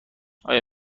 آیا